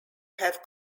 have